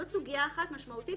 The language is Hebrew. זו סוגיה אחת משמעותית,